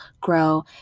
grow